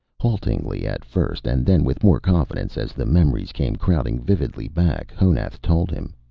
haltingly at first, and then with more confidence as the memories came crowding vividly back, honath told him.